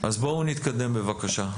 בואו נתקדם בבקשה.